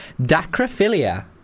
Dacrophilia